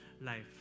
life